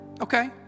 Okay